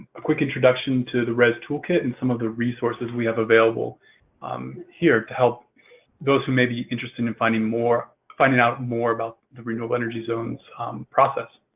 a quick introduction to the rez toolkit and some of the resources we have available um here to help those who may be interested in finding more, finding out more about the renewable energy zone's process.